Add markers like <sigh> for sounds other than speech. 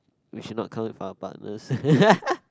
we should not come with our partners <laughs>